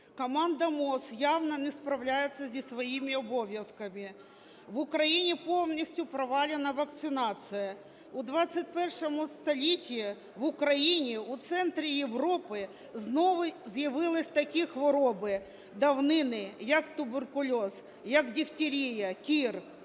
Команда МОЗ явно не справляється зі своїми обов'язками. В Україні повністю провалена вакцинація. У ХХІ столітті в Україні, у центрі Європи, знову з'явилися такі хвороби давнини, як туберкульоз, як дифтерія, кір.